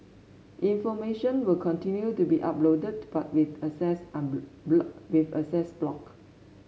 information will continue to be uploaded but with access with access blocked